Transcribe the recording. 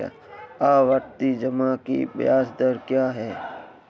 आवर्ती जमा की ब्याज दर क्या है?